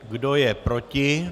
Kdo je proti?